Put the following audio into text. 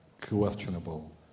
questionable